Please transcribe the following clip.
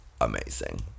amazing